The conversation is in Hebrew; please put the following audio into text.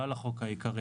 לא על החוק העיקרי.